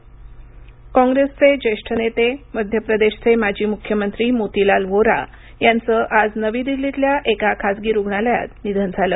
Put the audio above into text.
निधन काँग्रेसचे ज्येष्ठ नेते मध्य प्रदेशचे माजी मुख्यमंत्री मोतीलाल व्होरा यांचं आज नवी दिल्लीतल्या एका खासगी रुग्णालयात निधन झालं